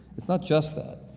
it's not just that.